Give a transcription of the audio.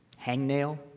Hangnail